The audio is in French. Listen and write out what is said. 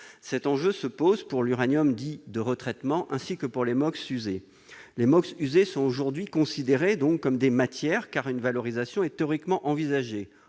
Cet enjeu concerne l'uranium dit « de retraitement » ainsi que les MOX usés. Ces derniers sont aujourd'hui considérés comme des « matières », car une valorisation est théoriquement envisagée.